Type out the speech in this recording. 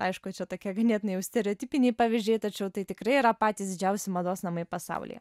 aišku čia tokie ganėtinai jau stereotipiniai pavyzdžiai tačiau tai tikrai yra patys didžiausi mados namai pasaulyje